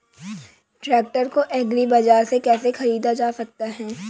Tractor को agri बाजार से कैसे ख़रीदा जा सकता हैं?